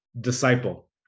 disciple